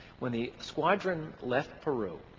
when the squadron left peru,